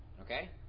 Okay